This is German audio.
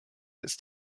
ist